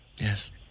Yes